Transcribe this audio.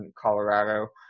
Colorado